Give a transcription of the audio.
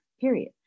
period